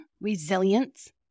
resilience